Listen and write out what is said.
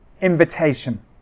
invitation